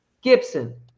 Gibson